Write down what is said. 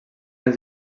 els